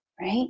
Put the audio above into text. right